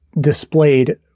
displayed